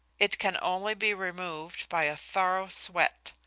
it can only be removed by a thorough sweat.